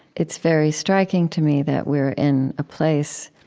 it's very striking to me that we're in a place